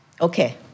Okay